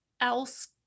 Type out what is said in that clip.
else